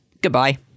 Goodbye